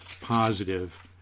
positive